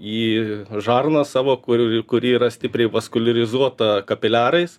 į žarną savo kur kuri yra stipriai vaskuliarizuota kapiliarais